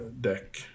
deck